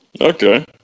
Okay